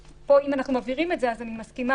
פה, אם אנחנו מבהירים את זה, אני מסכימה.